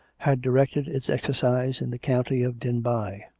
had directed its exercise in the county of denbigh.